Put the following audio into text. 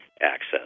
access